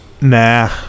nah